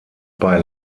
bei